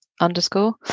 underscore